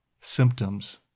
symptoms